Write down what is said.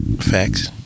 Facts